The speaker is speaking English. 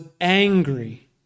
angry